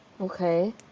Okay